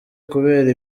kubera